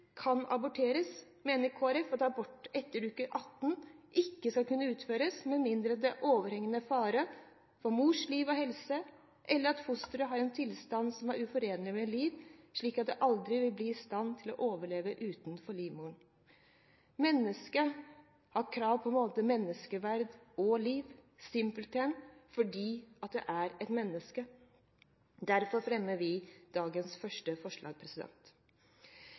kan aborteres, mener Kristelig Folkeparti at abort etter uke 18 ikke skal kunne utføres med mindre det er overhengende fare for mors liv og helse, eller at fosteret har en tilstand som er uforenlig med liv, slik at det aldri vil bli i stand til å overleve utenfor livmoren. Mennesket har krav på både menneskeverd og liv, simpelthen fordi det er et menneske. Derfor fremmer vi det første forslaget vårt. Vi fremmer også forslag